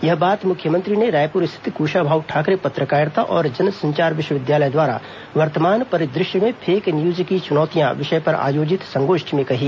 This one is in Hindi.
यह बात मुख्यमंत्री ने रायपूर स्थित क्शाभाऊ ठाकरे पत्रकारिता और जनसंचार विश्वविद्यालय द्वारा वर्तमान परिदृश्य में फेक न्यूज की चुनौतियां विषय पर आयोजित संगोष्ठी में कही